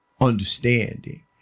Understanding